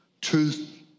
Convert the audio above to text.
truth